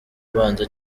abanza